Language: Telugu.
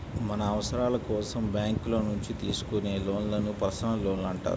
మన అవసరాల కోసం బ్యేంకుల నుంచి తీసుకునే లోన్లను పర్సనల్ లోన్లు అంటారు